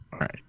right